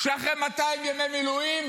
שאחרי 200 ימי מילואים,